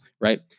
right